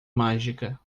mágica